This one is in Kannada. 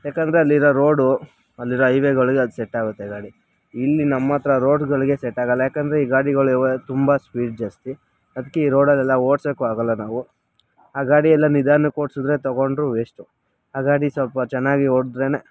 ಯಾಕಂದರೆ ಅಲ್ಲಿರೋ ರೋಡು ಅಲ್ಲಿರೋ ಐವೆಗಳಿಗೆ ಅದು ಸೆಟ್ಟಾಗುತ್ತೆ ಗಾಡಿ ಇಲ್ಲಿ ನಮ್ಮ ಹತ್ರ ರೋಡ್ಗಳಿಗೆ ಸೆಟ್ಟಾಗಲ್ಲ ಯಾಕಂದರೆ ಈ ಗಾಡಿಗಳಿವೆ ತುಂಬ ಸ್ಪೀಡ್ ಜಾಸ್ತಿ ಅದಕ್ಕೆ ಈ ರೋಡಲೆಲ್ಲ ಓಡ್ಸೋಕ್ಕೂ ಆಗೋಲ್ಲ ನಾವು ಆ ಗಾಡಿಯೆಲ್ಲ ನಿಧಾನಕ್ಕೆ ಓಡ್ಸಿದ್ರೆ ತೊಗೊಂಡರೂ ವೇಷ್ಟು ಆ ಗಾಡಿ ಸ್ವಲ್ಪ ಚೆನ್ನಾಗಿ ಓಡಿದ್ರೆನೇ